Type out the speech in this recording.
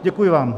Děkuji vám.